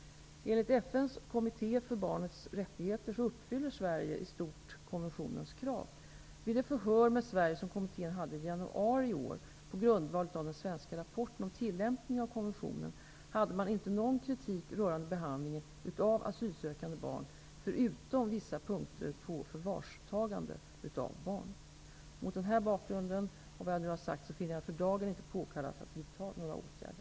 Enligt FN:s kommitté för barnets rättigheter uppfyller Sverige i stort konventionens krav. Vid det förhör med Sverige som kommittén hade i januari i år, på grundval av den svenska rapporten om tillämpningen av konventionen, hade man inte någon kritik rörande behandlingen av asylsökande barn, förutom vissa synpunkter på förvarstagande av barn. Mot bakgrund av det jag nu har sagt finner jag det för dagen inte påkallat att vidta några åtgärder.